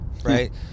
Right